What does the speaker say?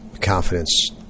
confidence